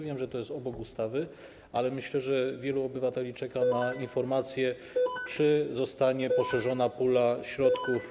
Wiem, że to jest obok ustawy, ale myślę, że wielu obywateli czeka na informację, czy zostanie poszerzona pula środków.